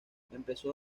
empezó